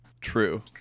true